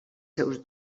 seus